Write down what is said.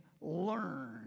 learn